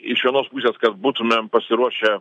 iš vienos pusės kad būtumėm pasiruošę